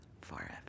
forever